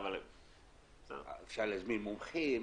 אפשר להזמין מומחים,